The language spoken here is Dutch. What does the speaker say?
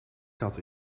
kat